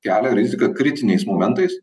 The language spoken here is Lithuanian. kelia riziką kritiniais momentais